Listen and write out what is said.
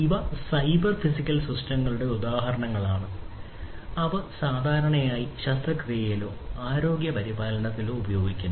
ഇവ cyber physical സിസ്റ്റങ്ങളുടെ ഉദാഹരണങ്ങളാണ് അവ സാധാരണയായി ശസ്ത്രക്രിയയിലോ ആരോഗ്യപരിപാലനത്തിലോ ഉപയോഗിക്കുന്നു